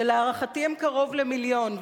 שלהערכתי הם קרוב למיליון,